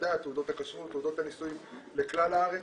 תעודות ההכשרות, תעודות הנישואים, לכלל הארץ.